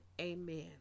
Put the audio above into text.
amen